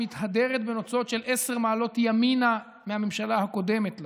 שמתהדרת בנוצות של עשר מעלות ימינה מהממשלה הקודמת לה,